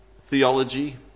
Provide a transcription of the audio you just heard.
theology